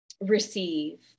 receive